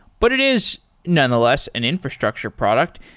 but it is nonetheless an infrastructure product.